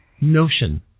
notion